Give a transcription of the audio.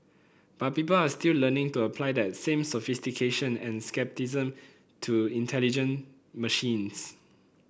but people are still learning to apply that same sophistication and scepticism to intelligent machines